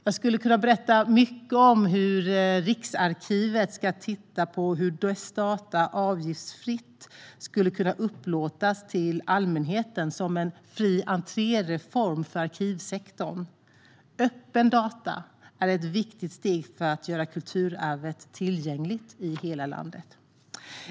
Jag skulle kunna berätta mycket om hur Riksarkivet ska titta på hur dess data avgiftsfritt skulle kunna upplåtas till allmänheten som en fri entré-reform för arkivsektorn. Öppna data är ett viktigt steg för att göra kulturarvet tillgängligt i hela landet.